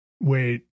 wait